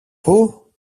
πού